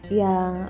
yang